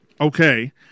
okay